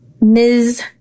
Ms